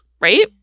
right